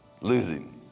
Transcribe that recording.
losing